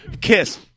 Kiss